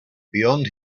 beyond